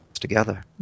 together